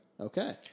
okay